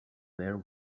there